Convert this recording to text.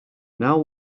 now